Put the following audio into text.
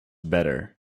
better